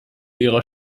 ihrer